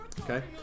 Okay